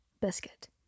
biscuit